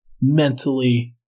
mentally